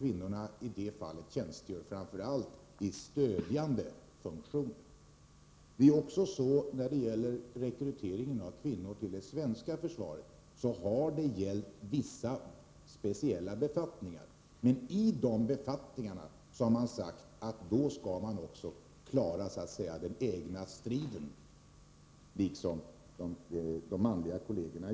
Framför allt tjänstgör kvinnorna i stödjande funktioner. Rekryteringen av kvinnor till det svenska försvaret har gällt vissa speciella befattningar, och här har man sagt sig att kvinnorna skall klara strid i samband med självförsvar, på samma sätt som de manliga kollegerna.